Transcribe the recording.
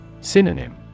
Synonym